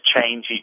change